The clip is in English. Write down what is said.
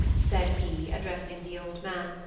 said he, addressing the old man,